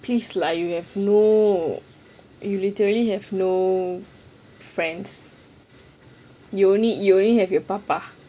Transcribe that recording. please lah you have no you literally have no friends you only you only have your papa